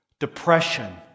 Depression